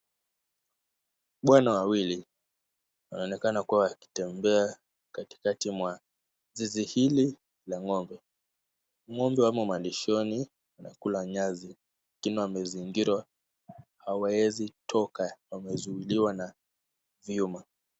Bwana wawili wanaoneana kuwa wakitembea katikati mwa zizi hili la ng'ombe. Ng'ombe wamo malishoni wanakula nyasi lakini wamezingirwa hawawezi toka, wamezuiliwa na vyuma.